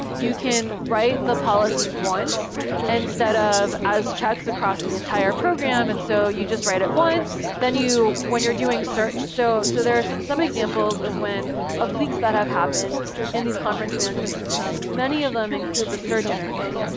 you can write the policies once instead of as checks across the entire program, and so you just write it once. then, when you're doing search so so there are some examples of when of leaks that have happened in these conference management systems. many of them include the search interface.